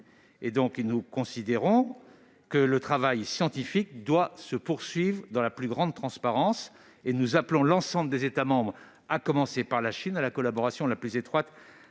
étape. Nous considérons que le travail scientifique doit se poursuivre dans la plus grande transparence et nous appelons l'ensemble des États membres, à commencer par la Chine, à la collaboration la plus étroite